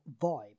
vibe